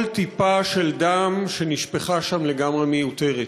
כל טיפה של דם שנשפכה שם, לגמרי מיותרת.